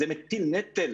זה מטיל נטל